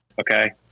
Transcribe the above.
Okay